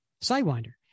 sidewinder